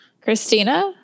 Christina